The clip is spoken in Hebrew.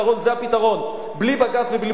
זה הפתרון: בלי בג"ץ ובלי "בצלם".